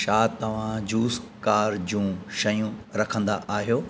छा तव्हां जूस कार जूं शयूं रखंदा आहियो